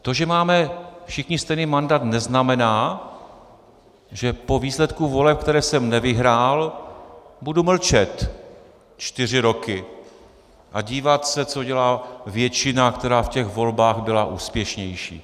To, že máme všichni stejný mandát, neznamená, že po výsledku voleb, které jsem nevyhrál, budu mlčet čtyři roky a dívat se, co dělá většina, která v těch volbách byla úspěšnější.